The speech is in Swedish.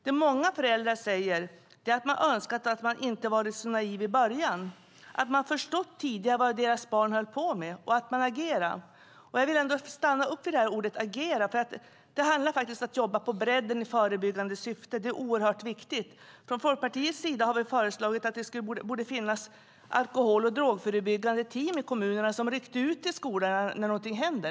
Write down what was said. Det många föräldrar säger är att de önskat att de inte varit så naiva i början, att de förstått tidigare vad deras barn höll på med och agerade. Jag vill stanna upp vid ordet agera. Det handlar om att jobba på bredden i förebyggande syfte. Det är oerhört viktigt. Från Folkpartiets sida har vi föreslagit att det ska finnas alkohol och drogförebyggande team i kommunerna som rycker ut till skolorna när något händer.